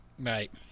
Right